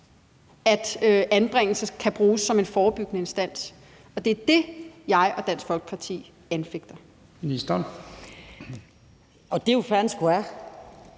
at anbringelse kan bruges som en forebyggende foranstaltning, og det er det, jeg og Dansk Folkeparti anfægter. Kl. 15:44 Første